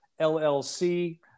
LLC